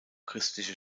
christliche